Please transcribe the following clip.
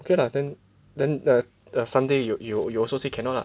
okay lah then then the the Sunday you you you also say cannot lah